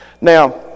Now